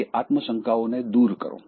તે આત્મ શંકાઓને દૂર કરો